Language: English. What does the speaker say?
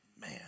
man